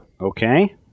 Okay